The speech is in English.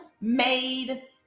made